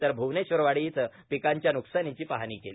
तर भूवनेश्वरवाडी इथं पिकांच्या नुकसानीची पाहणी केली